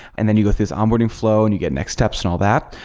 and then you go through this onboarding flow and you get next steps and all that.